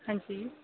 ਹਾਂਜੀ